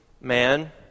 man